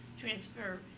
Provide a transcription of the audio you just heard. transfer